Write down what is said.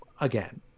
again